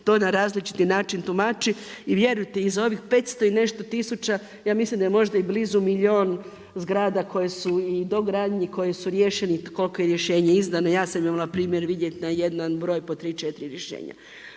to na različiti način tumači i vjerujte iz ovih 500 i nešto tisuća ja mislim da je možda i blizu milijun zgrada koje su i dogradnji koji su riješeni i koliko je rješenja izdano ja sam imala primjer vidjeti na jedan broj po 3, 4 rješenja.